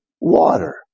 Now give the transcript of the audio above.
water